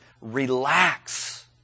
Relax